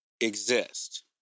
exist